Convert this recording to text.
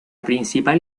principal